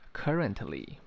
currently